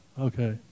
okay